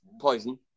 poison